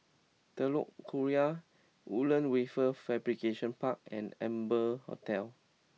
Telok Kurau Woodlands Wafer Fabrication Park and Amber Hotel